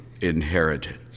inheritance